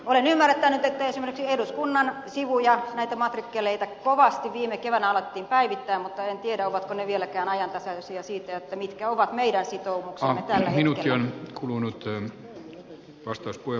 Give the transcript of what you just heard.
olen ymmärtänyt että esimerkiksi eduskunnan sivuja näitä matrikkeleita kovasti viime keväänä alettiin päivittää mutta en tiedä ovatko ne vieläkään ajantasaisia siinä mitkä ovat meidän sitoumuksemme tällä hetkellä